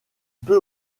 peut